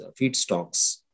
feedstocks